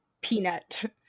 peanut